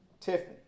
Tiffany